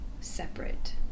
separate